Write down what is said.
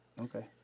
Okay